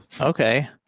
Okay